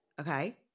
Okay